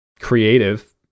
creative